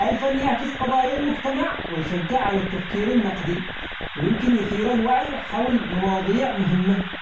الفن يعكس قضايا المجتمع ويشجع على التفكير النقدي، ويمكن يثير الوعي حول مواضيع مهمة.